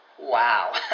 wow